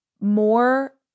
more